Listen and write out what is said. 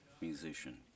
musician